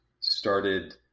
started